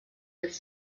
des